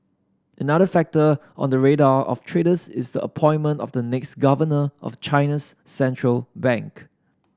another factor on the radar of traders is the appointment of the next governor of China's central bank